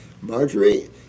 Marjorie